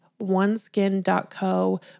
OneSkin.co